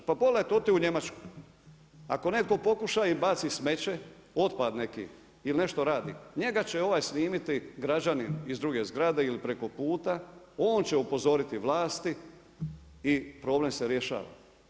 Pa pogledajte, odite u Njemačku, ako netko pokuša i baci smeće, otpad neki ili nešto radi, njega će ovaj snimiti građanin iz druge zgrade ili preko puta on će upozoriti vlasti i problem se rješava.